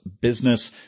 business